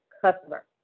customer